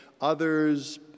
others